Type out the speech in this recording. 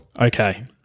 Okay